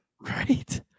Right